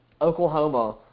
Oklahoma